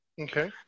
Okay